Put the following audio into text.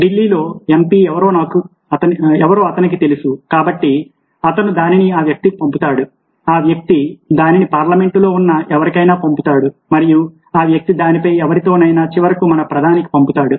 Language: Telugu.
ఢిల్లీలో ఎంపీ ఎవరో అతనికి తెలుసు కాబట్టి అతను దానిని ఆ వ్యక్తికి పంపుతాడు ఆ వ్యక్తి దానిని పార్లమెంటులో ఉన్న ఎవరికైనా పంపుతాడు మరియు ఆ వ్యక్తి దానిని ఎవరితోనైనా చివరకు మన ప్రధానికి పంపుతాడు